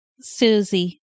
Susie